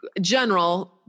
general